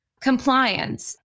compliance